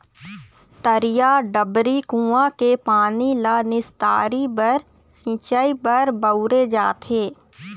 तरिया, डबरी, कुँआ के पानी ल निस्तारी बर, सिंचई बर बउरे जाथे